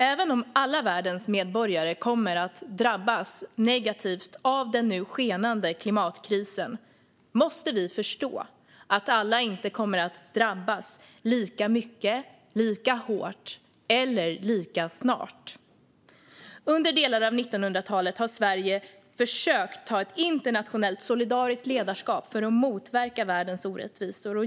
Även om alla världens medborgare kommer att drabbas negativt av den nu skenande klimatkrisen måste vi förstå att alla inte kommer att drabbas lika mycket, lika hårt eller lika snart. Under delar av 1900-talet har Sverige försökt ta ett internationellt solidariskt ledarskap för att motverka världens orättvisor.